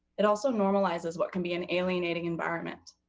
it also normalizes what can be an alienating environment.